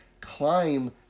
climb